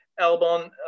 Albon